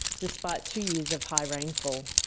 despite two years of high rainfall.